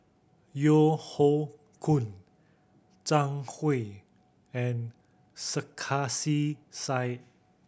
Yeo Hoe Koon Zhang Hui and Sarkasi Said